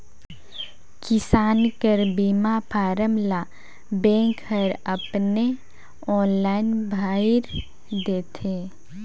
किसान कर बीमा फारम ल बेंक हर अपने आनलाईन भइर देथे